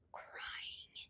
crying